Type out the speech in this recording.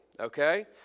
okay